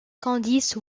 candice